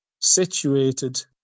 situated